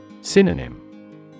Synonym